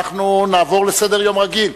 נעבור לסדר-יום רגיל.